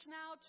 now